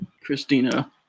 Christina